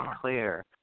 clear